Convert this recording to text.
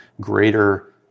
greater